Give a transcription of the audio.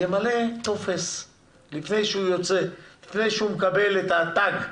ימלא טופס לפני שהוא מקבל את תג היציאה,